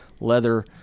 leather